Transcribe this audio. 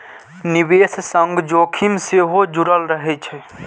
निवेशक संग जोखिम सेहो जुड़ल रहै छै